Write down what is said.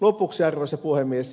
lopuksi arvoisa puhemies